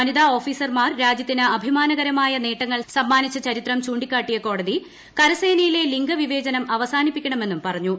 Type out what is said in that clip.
വനിത ഓഫീസർമാർ രാജ്യത്തിന് അഭിമാനകരമായ നേട്ടങ്ങൾ സമ്മാനിച്ച ചരിത്രം ചൂണ്ടിക്കാട്ടിയ കോടതി കരസേനയിലെ ലിംഗവിവേചനം അവസാനിപ്പിക്കണമെന്നും പറഞ്ഞു